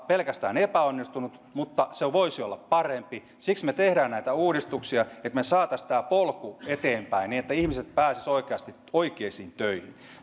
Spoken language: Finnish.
pelkästään epäonnistunut mutta se voisi olla parempi ja siksi me teemme näitä uudistuksia että saataisiin tämä polku eteenpäin niin että ihmiset pääsisivät oikeasti oikeisiin töihin